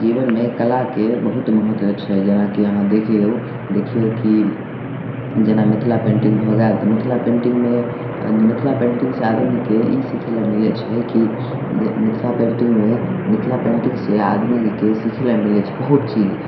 जीवनमे कलाके बहुत महत्व छै जेना कि अहाँ देखियौ देखियौ कि जेना मिथिला पेन्टिंग भऽ गेल तऽ मिथिला पेन्टिंगमे मिथिला पेन्टिंगसँ आदमीके ई सिखय लए मिलय छै कि जे मिथिला पेन्टिंगमे मिथिला पेन्टिंगसँ आदमीके सिखय लए मिलय छै बहुत चीज